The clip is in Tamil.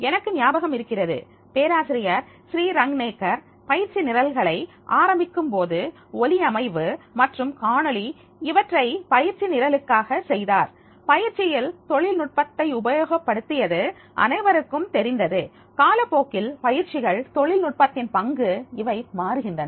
எனக்கு ஞாபகம் இருக்கிறது பேராசிரியர் ஸ்ரீரங்நேக்கர் பயிற்சி நிரல்களை ஆரம்பிக்கும்போது ஒலியமைவு மற்றும் காணொளி இவற்றை பயிற்சி நிரலுக்காக செய்தார் பயிற்சியில் தொழில்நுட்பத்தை உபயோகப்படுத்தியது அனைவருக்கும் தெரிந்தது காலப்போக்கில் பயிற்சிகள் தொழில்நுட்பத்தின் பங்கு இவை மாறுகின்றன